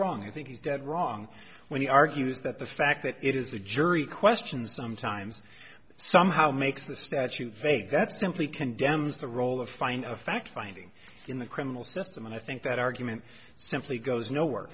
wrong i think he's dead wrong when he argues that the fact that it is a jury questions sometimes somehow makes the statute think that simply condemns the role of fine a fact finding in the criminal system and i think that argument simply goes nowhere